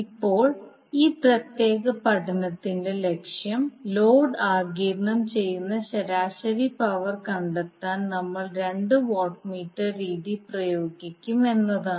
ഇപ്പോൾ ഈ പ്രത്യേക പഠനത്തിന്റെ ലക്ഷ്യം ലോഡ് ആഗിരണം ചെയ്യുന്ന ശരാശരി പവർ കണ്ടെത്താൻ നമ്മൾ രണ്ട് വാട്ട് മീറ്റർ രീതി പ്രയോഗിക്കും എന്നതാണ്